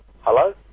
Hello